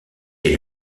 est